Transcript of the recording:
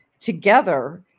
together